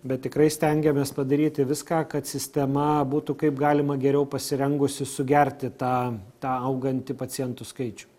bet tikrai stengiamės padaryti viską kad sistema būtų kaip galima geriau pasirengusi sugerti tą augantį pacientų skaičių